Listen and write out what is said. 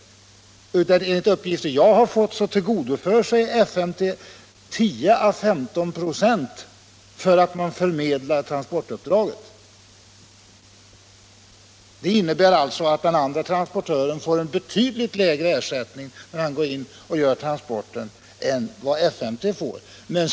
Enligt de uppgifter jag har fått tillgodogör sig FMT 10 å 15 96 för att man förmedlar transportuppdraget. Det innebär att den transportör som anlitas får en betydligt lägre ersättning när han gör transporten än vad FMT får.